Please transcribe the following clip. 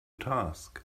task